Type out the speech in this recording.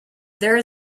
there